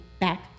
back